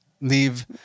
leave